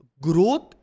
growth